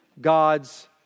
God's